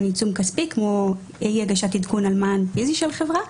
עיצום כספי כמו אי-הגשת עדכון על מען פיזי של חברה.